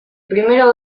primero